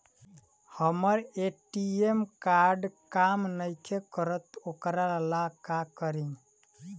हमर ATM card काम नईखे करत वोकरा ला का करी?